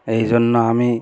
এই জন্য আমি